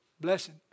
blessing